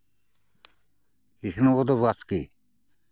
Bishnupada Baske